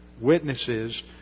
witnesses